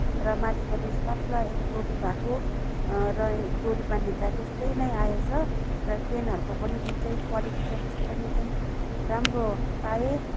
र माथिपट्टि पातला यसो टोपी भएको र डोरी बाँध्ने चाहिएको त्यस्तै नै आएछ र चेनहरूको पनि जुन चाहिँ क्वालिटी छ त्यसको पनि एकदम राम्रो पाएँ